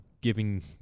giving